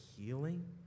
healing